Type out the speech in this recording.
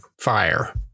fire